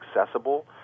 accessible